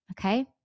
Okay